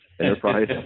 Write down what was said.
enterprise